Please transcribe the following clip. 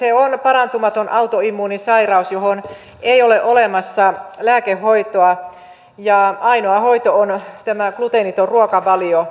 se on parantumaton autoimmuunisairaus johon ei ole olemassa lääkehoitoa ja ainoa hoito on tämä gluteeniton ruokavalio